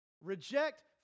Reject